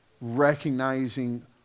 Recognizing